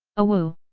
awoo!